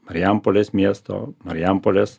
marijampolės miesto marijampolės